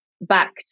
back